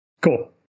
cool